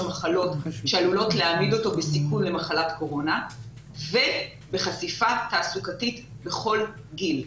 מחלות שעלולות להעמיד אותו בסיכון למחלת קורונה ובחשיפה תעסוקתית בכל גיל.